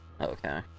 okay